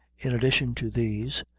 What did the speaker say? in addition to these,